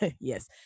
yes